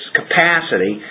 capacity